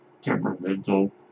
temperamental